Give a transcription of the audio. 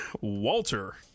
Walter